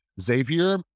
Xavier